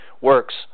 works